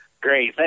Great